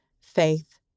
faith